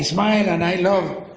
smile and i love